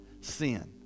Sin